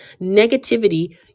negativity